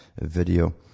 video